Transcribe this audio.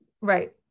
right